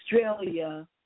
Australia